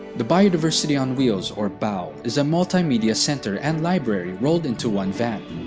the biodiversity on wheels or bow is a multimedia center and library rolled into one van.